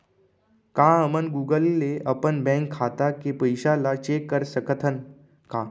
का हमन गूगल ले अपन बैंक खाता के पइसा ला चेक कर सकथन का?